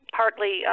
partly